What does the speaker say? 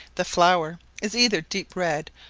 the flower is either deep red,